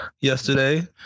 yesterday